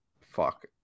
fuck